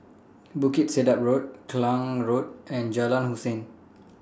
Bukit Sedap Road Klang Road and Jalan Hussein